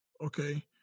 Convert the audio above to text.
okay